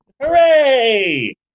Hooray